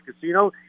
Casino